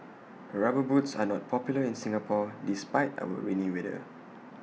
rubber boots are not popular in Singapore despite our rainy weather